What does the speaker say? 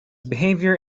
behavior